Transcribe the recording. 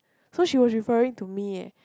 so she was referring to me eh